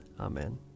Amen